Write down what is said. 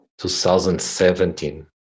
2017